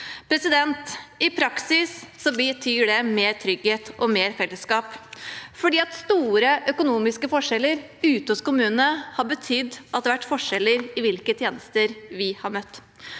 tid. I praksis betyr det mer trygghet og mer fellesskap, fordi store økonomiske forskjeller ute hos kommunene har betydd at det har vært forskjeller i hvilke tjenester vi har møtt.